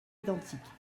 identiques